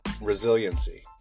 Resiliency